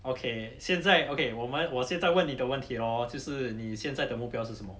okay 现在 okay 我们我现在问你的问题 hor 就是你现在的目标是什么